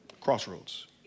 Crossroads